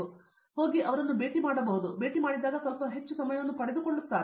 ಆದ್ದರಿಂದ ಹೋಗಿ ಅವರನ್ನು ಭೇಟಿ ಮಾಡಬಹುದು ಮತ್ತು ಅವರು ಭೇಟಿ ಮಾಡಿದಾಗ ಸ್ವಲ್ಪ ಹೆಚ್ಚು ಸಮಯವನ್ನು ಪಡೆದುಕೊಳ್ಳುತ್ತಾರೆ